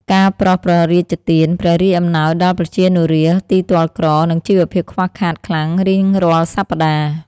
ការប្រោសព្រះរាជទាន ព្រះរាជអំណោយដល់ប្រជានុរាស្ត្រទីទ័លក្រ និងជីវភាពខ្វះខាតខ្លាំង រៀងរាល់សប្តាហ៍។